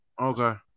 Okay